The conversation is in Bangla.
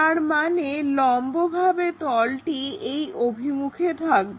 তারমানে লম্বভাবে তলটি এই অভিমুখে থাকবে